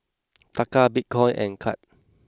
Taka Bitcoin and Kyat